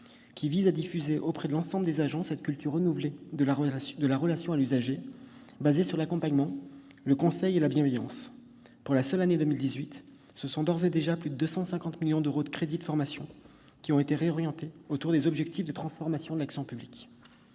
qui vise à diffuser auprès de l'ensemble des agents une culture renouvelée de la relation à l'usager, fondée sur l'accompagnement, le conseil et la bienveillance. Pour la seule année 2018, 250 millions d'euros de crédits de formation ont d'ores et déjà été réorientés autour des objectifs de transformation de l'action publique.